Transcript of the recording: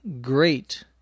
great